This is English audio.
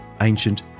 ancient